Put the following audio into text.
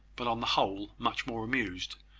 but on the whole much more amused,